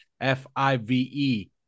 F-I-V-E